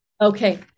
Okay